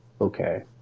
okay